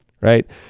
Right